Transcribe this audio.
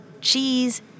Cheese